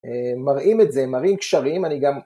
מראים את זה, מראים קשרים, אני גם...